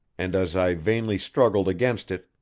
and as i vainly struggled against it,